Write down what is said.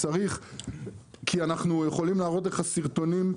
אנחנו יכולים להראות לך סרטונים,